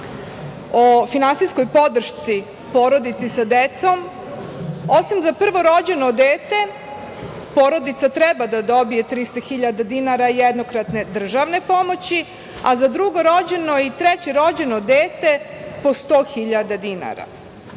o finansijskoj podršci porodici sa decom, osim za prvorođeno dete porodica treba da dobije 300.000,00 dinara jednokratne državne pomoći, a za drugorođeno i trećerođeno dete po 100.000,00 dinara. Ovaj